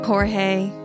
Jorge